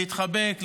להתחבק,